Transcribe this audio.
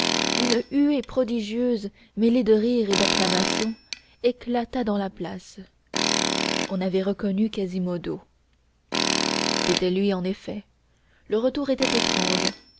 une huée prodigieuse mêlée de rires et d'acclamations éclata dans la place on avait reconnu quasimodo c'était lui en effet le retour était étrange